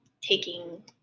taking